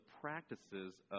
practices